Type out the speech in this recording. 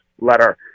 letter